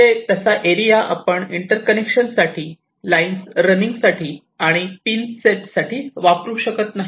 म्हणजे तसा एरिया आपण इंटर्कनेक्शन साठी लाईन्स रनिंग साठी आणि पिन सेट साठी वापरू शकत नाही